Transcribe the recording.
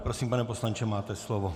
Prosím, pane poslanče, máte slovo.